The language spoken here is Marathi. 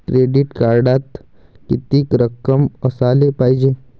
क्रेडिट कार्डात कितीक रक्कम असाले पायजे?